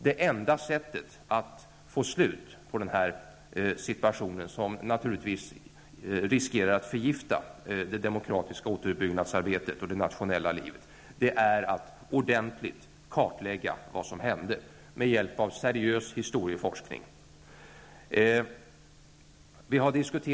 Det enda sättet att få slut på denna situation, som naturligtvis riskerar att förgifta det demokratiska återuppbyggnadsarbetet och det nationella livet, är att man med hjälp av seriös historieforskning ordentligt kartlägger vad som hände.